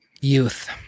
youth